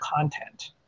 content